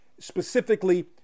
specifically